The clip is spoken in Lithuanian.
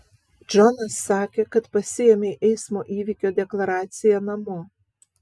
džonas sakė kad pasiėmei eismo įvykio deklaraciją namo